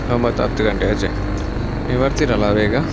ಒಂಬತ್ತು ಹತ್ತು ಗಂಟೆ ಈಚೆ ನೀವು ಬರ್ತೀರಲ್ಲ ಬೇಗ